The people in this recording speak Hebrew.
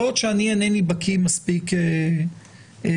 יכול להיות שאינני בקיא מספיק בדין,